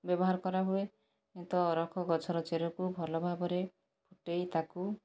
ବ୍ୟବହାର କରାହୁଏ ତ ଅରଖ ଗଛର ଚେରକୁ ଭଲ ଭାବରେ ଫୁଟାଇ ତାକୁ